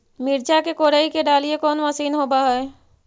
मिरचा के कोड़ई के डालीय कोन मशीन होबहय?